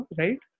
right